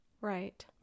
Right